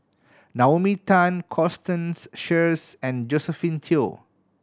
Naomi Tan Constance Sheares and Josephine Teo